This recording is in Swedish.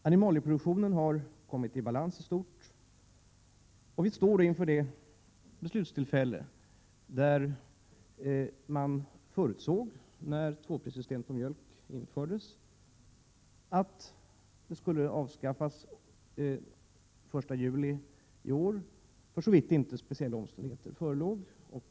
Animalieproduktionen har i stort sett kommit i balans, och vi står inför det beslut vi förutsåg då tvåprissystemet på mjölk infördes, dvs. att systemet skulle avskaffas den 1 juli i år, för så vitt inte speciella omständigheter förelåg.